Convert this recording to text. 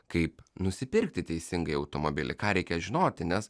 kaip nusipirkti teisingai automobilį ką reikia žinoti nes